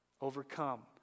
Overcome